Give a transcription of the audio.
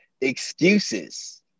excuses